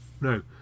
no